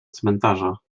cmentarza